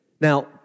Now